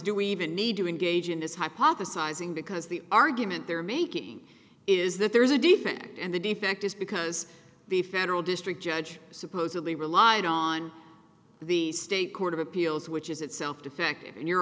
do we even need to engage in this hypothesizing because the argument they're making is that there's a defect and the defect is because the federal district judge supposedly relied on the state court of appeals which is itself defective in your